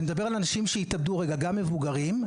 גם מבוגרים,